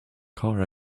car